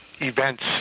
events